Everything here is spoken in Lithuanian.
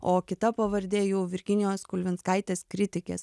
o kita pavardė jau virginijos kulvinskaitės kritikės